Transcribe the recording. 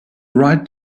write